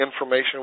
information